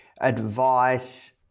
advice